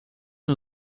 nur